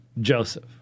Joseph